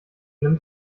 nimmt